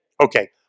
Okay